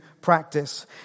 practice